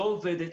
לא עובדת,